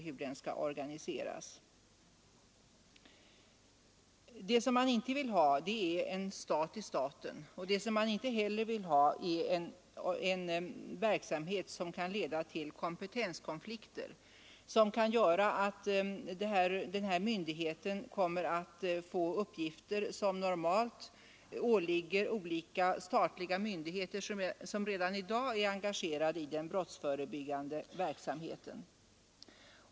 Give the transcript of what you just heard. Vad vi inte vill ha är en stat i staten eller en verksamhet, som kan leda till kompetenskonflikter och som kan göra att denna myndighet kommer att få uppgifter som normalt åligger olika statliga myndigheter vilka redan i dag är engagerade i brottsförebyggande verksamhet.